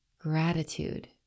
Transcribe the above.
gratitude